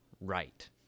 right